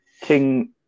King